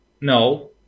No